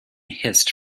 hissed